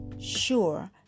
sure